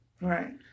Right